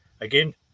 again